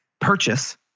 purchase